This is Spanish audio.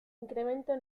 incremento